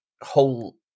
whole